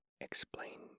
explain